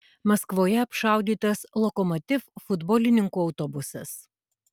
maskvoje apšaudytas lokomotiv futbolininkų autobusas